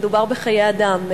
מדובר בחיי אדם,